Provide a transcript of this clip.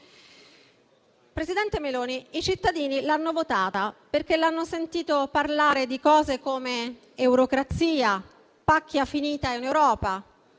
Presidente Meloni, i cittadini l'hanno votata perché hanno sentito parlare di cose come eurocrazia e pacchia finita in Europa.